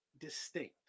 distinct